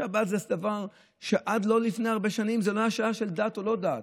שבת זה דבר שעד לא לפני הרבה שנים הוא לא היה שאלה של דת או לא דת,